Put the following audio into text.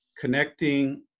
connecting